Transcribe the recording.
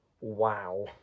wow